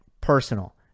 personal